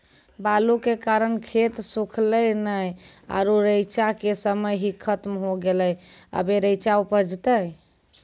बालू के कारण खेत सुखले नेय आरु रेचा के समय ही खत्म होय गेलै, अबे रेचा उपजते?